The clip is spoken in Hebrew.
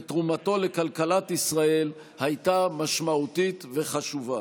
ותרומתו לכלכלת ישראל הייתה משמעותית וחשובה.